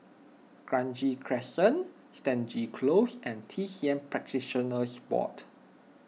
Kranji Crescent Stangee Close and T C M Practitioners Board